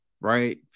right